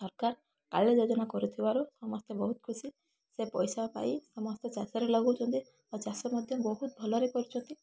ସରକାର କାଳିଆ ଯୋଜନା କରୁଥିବାରୁ ସମସ୍ତେ ବହୁତ ଖୁସି ସେ ପଇସା ପାଇ ସମସ୍ତେ ଚାଷରେ ଲଗଉଛନ୍ତି ଆଉ ଚାଷ ମଧ୍ୟ ବହୁତ ଭଲରେ କରୁଛନ୍ତି